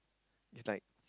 it's like